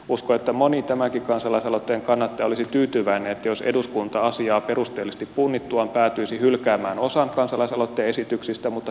uskon että moni tämänkin kansalaisaloitteen kannattaja olisi tyytyväinen jos eduskunta asiaa perusteellisesti punnittuaan päätyisi hylkäämään osan kansalaisaloitteen esityksistä mutta hyväksyisi osan